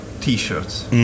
T-shirts